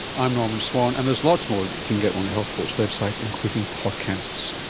i'm norman swan, and there's lots more that you can get on the health report's website, including podcasts.